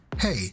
hey